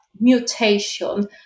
mutation